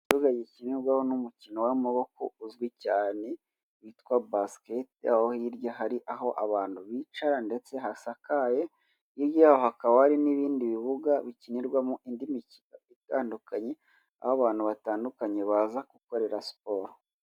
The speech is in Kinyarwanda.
Ikibuga gikinirwaho n'umukino w'amaboko uzwi cyane witwa basikete, aho hirya hari aho abantu bicara ndetse hasakaye, hirya yaho hakaba hari n'ibindi bibuga bikinirwamo indi mikino itandukanye, aho abantu batandukanye baza gukorera siporo.